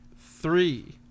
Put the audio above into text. Three